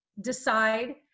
Decide